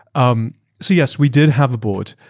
um so yes, we did have a board,